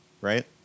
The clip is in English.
right